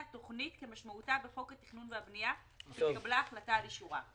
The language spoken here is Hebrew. תוכנית כמשמעותה בחוק התכנון והבנייה ושהתקבלה החלטה על אישורה.